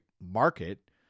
market